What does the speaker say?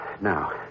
Now